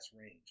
range